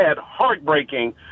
heartbreaking